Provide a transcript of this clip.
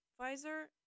visor